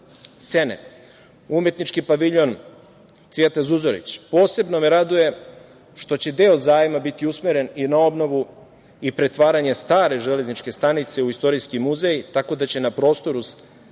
Umetnički paviljon „Cvete Zuzorić“. Posebno me raduje što će deo zajma biti usmeren i na obnovu i na pretvaranje stare Železničke stanice u istorijski muzej, tako da će na prostoru Savskog